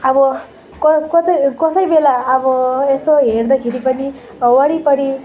अब क कतै कसै बेला अब यसो हेर्दाखेरि पनि वरिपरि